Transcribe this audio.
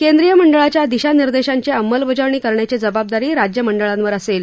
केंद्रीय मंडळाच्या शिशानिर्वोशांची अंमलबजावणी करण्याची जबाब ारी राज्य मंडळांवर असेल